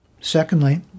Secondly